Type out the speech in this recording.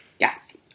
Yes